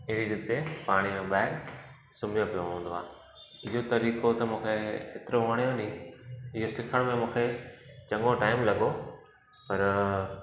अहिड़ी रीते पाणीअ ॿाहिरि सुम्हियो पियो हूंदो आहे इहो तरीक़ो त मूंखे एतिरो वणियो ने इहो सिखण में मुखे चङो टाइम लॻो पर